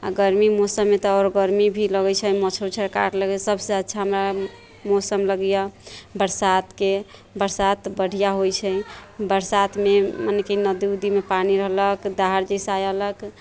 आ गरमी मौसम मे तऽ आओर गरमी भी लगै छै मच्छर उच्छर काटलक सबसँ अच्छा मौसम लगैये बरसात के बरसात बढ़िऑं होइ छै बरसात मे माने की नदी उदी मे पानी रहलक धार जैसा अयलक